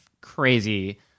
crazy